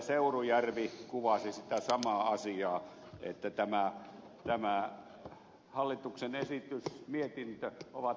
seurujärvi kuvasi sitä samaa asiaa että tämä hallituksen esitys ja mietintö ovat mahdollistavia